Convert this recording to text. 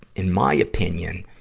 in my opinion,